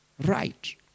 right